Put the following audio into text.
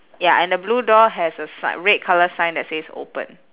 ya and the blue door has a sig~ red colour sign that says open